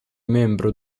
membro